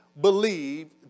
believe